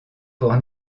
port